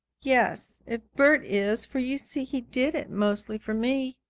yes, if bert is, for you see, he did it mostly for me.